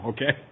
Okay